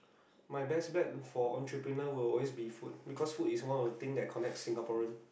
my best plan for entrepreneur will always be food because food is one of the things that connect Singapore